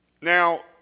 Now